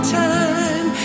time